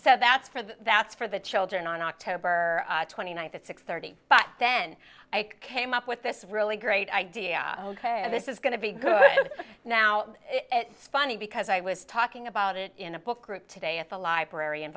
the that's for the children on october twenty ninth at six thirty but then i came up with this really great idea ok and this is going to be good now it's funny because i was talking about it in a book group today at the library